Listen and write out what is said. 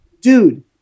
dude